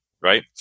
right